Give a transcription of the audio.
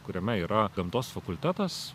kuriame yra gamtos fakultetas